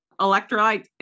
electrolytes